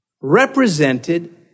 represented